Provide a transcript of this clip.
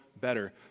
better